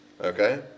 Okay